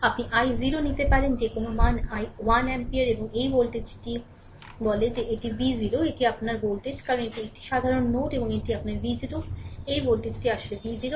আপনি i0 নিতে পারেন যে কোনও মান 1 অ্যাম্পিয়ার এবং এই ভোল্টেজটি বলে যে এটি v0 এটি আপনার ভোল্টেজ কারণ এটি একটি সাধারণ নোড এবং এটি আপনার V0 সুতরাং এই ভোল্টেজটি আসলে v0